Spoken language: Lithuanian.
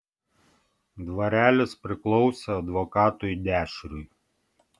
dvarelis priklausė advokatui dešriui